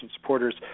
supporters